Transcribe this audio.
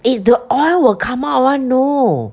eh the oil will come out [one] know